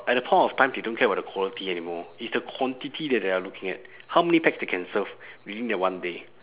at the point of time they don't care about the quality anymore it's the quantity that they're looking at how many pax they can serve within that one day